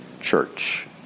church